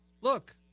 look